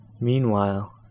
Meanwhile